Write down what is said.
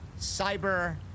Cyber